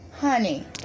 Honey